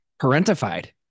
parentified